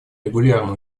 регулярно